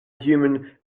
human